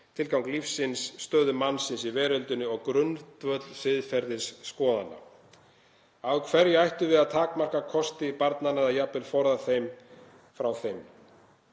tilgang lífsins, stöðu mannsins í veröldinni og grundvöll siðferðisskoðana. Af hverju ættum við að takmarka kosti barnanna eða jafnvel forða þeim frá þeim?